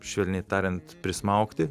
švelniai tariant prismaugti